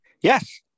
Yes